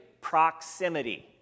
proximity